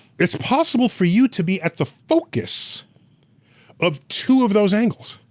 it's possible for you to be at the focus of two of those angles.